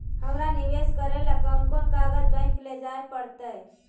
हमरा निवेश करे ल कोन कोन कागज बैक लेजाइ पड़तै?